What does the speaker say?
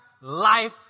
life